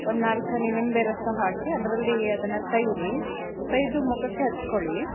ಒಂದು ನಾಲ್ಕು ಹನಿ ನಿಂಬೆ ರಸ ಹಾಕಿ ಅದರಲ್ಲಿ ಅದನ್ನ ತೆಯ್ರಿ ತೆಯ್ದು ಮುಖಕ್ಕೆ ಹಚ್ಕೊಳ್ಳಿ